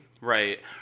Right